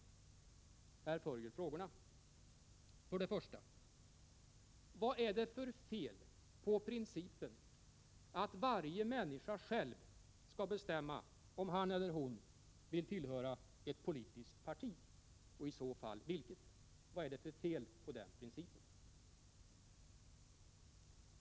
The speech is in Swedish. Här följer frågorna: För det första: Vad är det för fel på principen att varje människa själv skall bestämma om han eller hon vill tillhöra ett politiskt parti och i så fall vilket? Vad är det för fel på den principen?